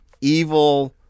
evil